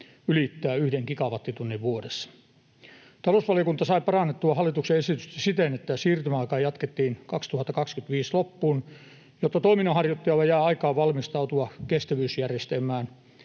ylittää yhden gigawattitunnin vuodessa. Talousvaliokunta sai parannettua hallituksen esitystä siten, että siirtymäaikaa jatkettiin vuoden 2025 loppuun, jotta toiminnanharjoittajilla jää aikaa valmistautua kestävyysjärjestelmään